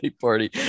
party